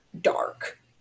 dark